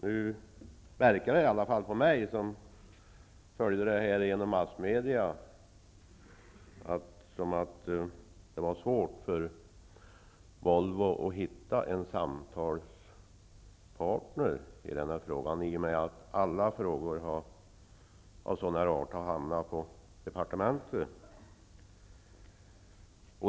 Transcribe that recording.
Nu verkar det i alla fall för mig, som följde affären genom massmedia, som om det var svårt för Volvo att hitta en samtalspartner i och med att alla frågor av den art vi talar om hamnat på departementet.